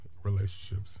relationships